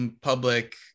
public